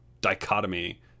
dichotomy